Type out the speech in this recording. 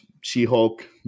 She-Hulk